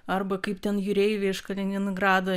arba kaip ten jūreiviai iš kaliningrado